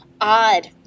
odd